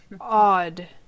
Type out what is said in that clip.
odd